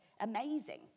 amazing